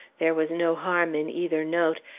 there was no harm in either note,